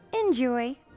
Enjoy